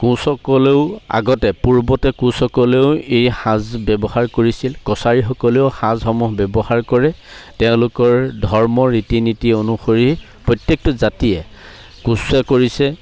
কোঁচসকলেও আগতে পূৰ্বতে কোঁচসকলেও এই সাঁজ ব্যৱহাৰ কৰিছিল কছাৰীসকলেও সাঁজসমূহ ব্যৱহাৰ কৰে তেওঁলোকৰ ধৰ্মৰ ৰীতি নীতি অনুসৰি প্ৰত্যেকটো জাতিয়ে কোঁচে কৰিছে